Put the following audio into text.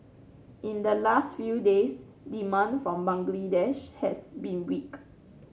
in the last few days demand from Bangladesh has been weak